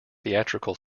theatrical